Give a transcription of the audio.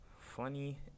Funny